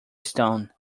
stone